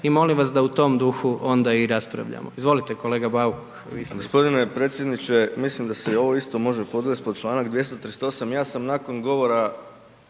i molim vas da u tom duhu onda i raspravljamo. Izvolite kolega Bauk.